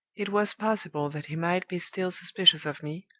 it was possible that he might be still suspicious of me,